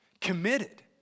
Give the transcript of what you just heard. committed